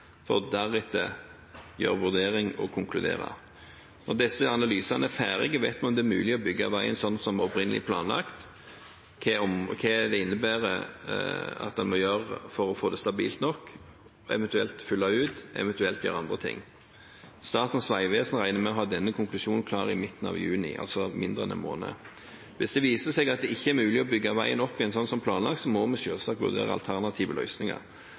for deretter å gjøre en vurdering og konkludere. Når disse analysene er ferdige, vet en om det er mulig å bygge veien som opprinnelig planlagt, hva en må gjøre for å få det stabilt nok – eventuelt fylle ut, eventuelt gjøre andre ting. Statens vegvesen regner med å ha denne konklusjonen klar i midten av juni, altså om mindre enn en måned. Hvis det viser seg at det ikke er mulig å bygge veien opp igjen som planlagt, må vi selvsagt vurdere alternative løsninger.